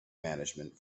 management